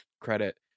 credit